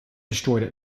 destroyed